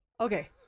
Okay